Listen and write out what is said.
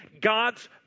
God's